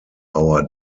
hour